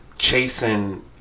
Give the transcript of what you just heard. chasing